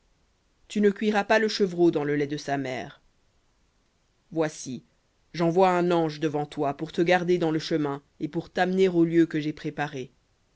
tu ne cuiras pas le chevreau dans le lait de sa mère v voici j'envoie un ange devant toi pour te garder dans le chemin et pour t'amener au lieu que j'ai préparé